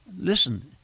listen